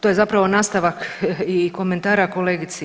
To je zapravo nastavak i komentara kolegici.